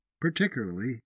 particularly